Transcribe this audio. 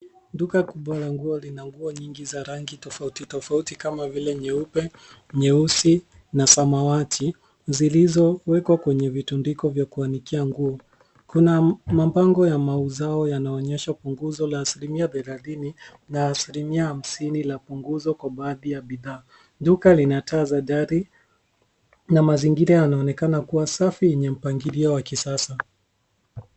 Duka kubwa la nguo lina nguo nyingi za rangi tofauti tofauti kama vile nyeupe, nyeusi na samawati, zilizowekwa kwenye vitundiko vya kuanikia nguo. Kuna mabango ya mauzao yanaonyesha punguzo la asilimia thelathini na asilimia hamsini la punguzo kwa baadhi ya bidhaa. Duka lina taa za dari na mazingira yanaonekana kuwa safi yenye mpangilio wa kisasa.